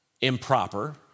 improper